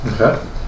Okay